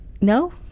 no